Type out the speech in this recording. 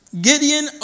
Gideon